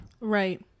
right